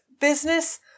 business